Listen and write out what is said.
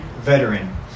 veteran